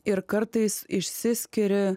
ir kartais išsiskiri